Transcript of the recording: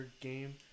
game